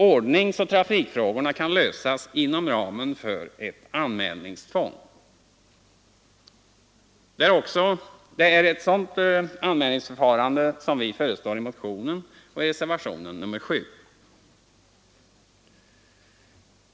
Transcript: Ordningsoch trafikfrågorna kan lösas inom ramen för ett anmälningstvång. Det är ett sådant anmälningsförfarande vi föreslår i motionen och i reservationen 7.